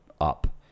up